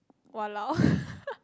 !walao!